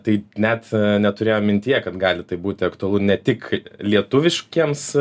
tai net neturėjom mintyje kad gali tai būti aktualu ne tik lietuviškiems